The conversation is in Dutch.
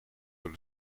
door